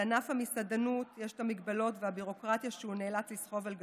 על ענף המסעדנות יש את המגבלות והביורוקרטיה שהוא נאלץ לסחוב על גבו,